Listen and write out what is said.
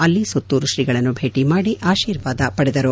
ಅಲ್ಲಿ ಸುತ್ತೂರು ಶ್ರೀಗಳನ್ನು ಭೇಟಿ ಮಾಡಿ ಆಶೀರ್ವಾದ ಪಡೆದರು